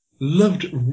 Loved